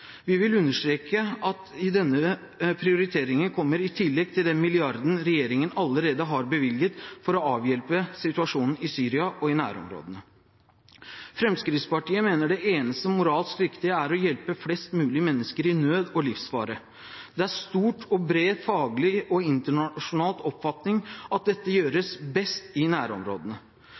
Vi vil understreke at denne prioriteringen kommer i tillegg til den milliarden regjeringen allerede har bevilget for å avhjelpe situasjonen i Syria og i nærområdene. Fremskrittspartiet mener det eneste moralsk riktige er å hjelpe flest mulig mennesker i nød og livsfare. Det er en stor og bred faglig internasjonal oppfatning at dette